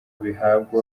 bihabwa